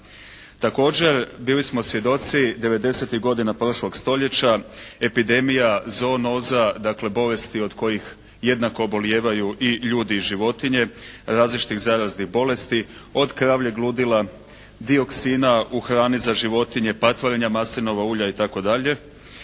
Također bili smo svjedoci 90-tih godina prošlog stoljeća epidemija zoonoza, dakle bolesti od kojih jednako oboljevaju i ljudi i životinje, različitih zaraznih bolesti od kravljeg ludila, dioksina u hrani za životinje, patvorenja maslinova ulja i